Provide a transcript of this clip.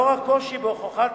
לאור הקושי בהוכחת